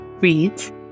reads